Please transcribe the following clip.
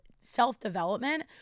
self-development